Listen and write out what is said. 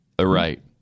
Right